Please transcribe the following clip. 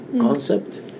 concept